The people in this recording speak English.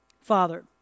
Father